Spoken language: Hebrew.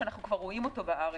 שאנחנו כבר רואים אותו בארץ,